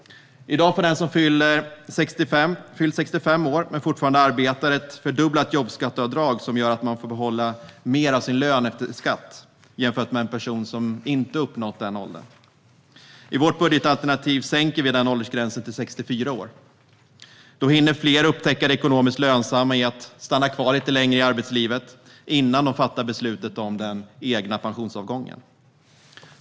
I dag får den som har fyllt 65 år men fortfarande arbetar ett fördubblat jobbskatteavdrag som gör att man får behålla mer av sin lön efter skatt jämfört med en person som inte uppnått denna ålder. I vårt budgetalternativ sänker vi den åldersgränsen till 64 år. Då hinner fler upptäcka det ekonomiskt lönsamma i att stanna kvar lite längre i arbetslivet, innan de fattar beslutet om den egna pensionsavgången.